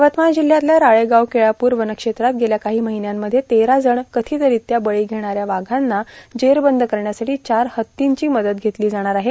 यवतमाळ जिल्हयातल्या राळेगाव केळापूर वन क्षेत्रात गेल्या काही महिन्यामध्ये तेरा जणांचा कथितरित्या बळी घेणाऱ्या वाघांना जेरबंद करण्यासाठी चार हत्तींची मदत घेतली जाणार आहे